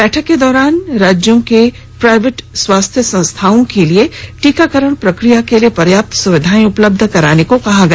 बैठक के दौरान राज्यों से प्राइवेट स्वास्थ्य संस्थाओं के लिए टीकाकरण प्रक्रिया के लिए पर्याप्त सुविधाएं उपलब्ध कराने को कहा गया